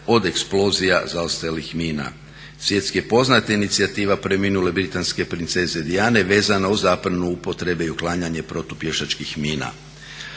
od eksplozija zaostalih mina. Svjetski je poznata inicijativa preminule britanske princeze Diane vezano uz zabranu upotrebe i uklanjanju protupješačkih mina.